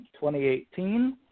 2018